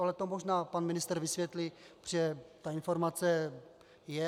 Ale to možná pan ministr vysvětlí, protože ta informace je.